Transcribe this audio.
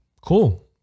cool